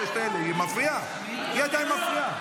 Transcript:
היא מפריעה, היא עדיין מפריעה.